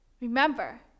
remember